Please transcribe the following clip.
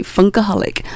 Funkaholic